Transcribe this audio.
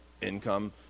income